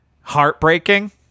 heartbreaking